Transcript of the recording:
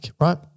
right